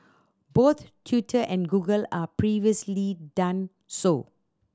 both Twitter and Google are previously done so